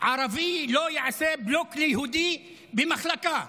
שערבי לא יעשה בלוק ליהודי במחלקה.